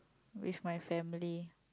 with my family